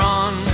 on